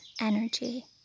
energy